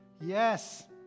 yes